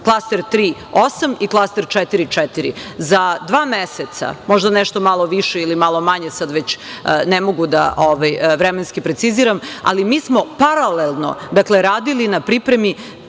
klaster četiri ima četiri, za dva meseca, možda nešto malo više ili malo manje, sada već ne mogu da vremenski preciziram, ali mi smo paralelno radili na pripremi